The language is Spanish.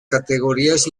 categorías